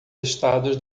estados